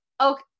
okay